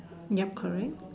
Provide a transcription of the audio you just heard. yup correct